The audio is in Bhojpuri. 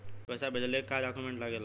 पैसा भेजला के का डॉक्यूमेंट लागेला?